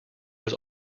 was